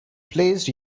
placed